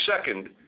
second